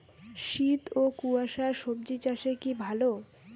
শীত ও কুয়াশা স্বজি চাষে কি ভালো?